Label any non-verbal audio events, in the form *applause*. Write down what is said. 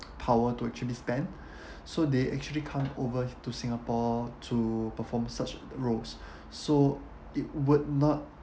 power to actually spend *breath* so they actually come over to singapore to perform such roles *breath* so it would not